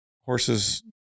horses